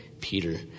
Peter